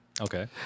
Okay